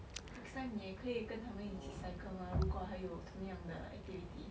next time 你也可以跟他们一起 cycle mah 如果还有同样的 activity